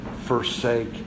forsake